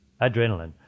adrenaline